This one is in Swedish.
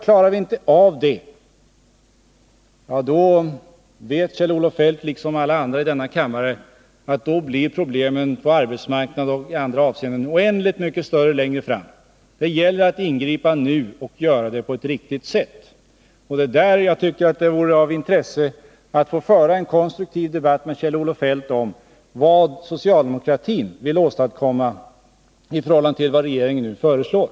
Klarar vi inte av det, blir problemen på arbetsmarknaden och i andra avseenden oändligt mycket större längre fram. Det vet Kjell-Olof Feldt liksom alla andra i denna kammare. Det gäller att ingripa nu och göra det på ett riktigt sätt. Där tycker jag att det vore av intresse att få föra en konstruktiv debatt med Kjell-Olof Feldt om vad socialdemokratin vill åstadkomma i förhållande till vad regeringen nu föreslår.